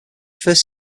first